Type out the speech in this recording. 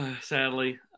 Sadly